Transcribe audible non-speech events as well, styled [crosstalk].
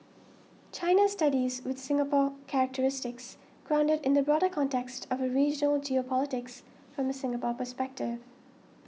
China studies with Singapore characteristics grounded in the broader context of [unintelligible] geopolitics from a Singapore perspective